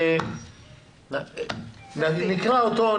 נקרא אותו,